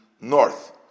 north